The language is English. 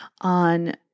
on